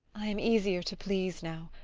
i am easier to please now.